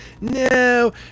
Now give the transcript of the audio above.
no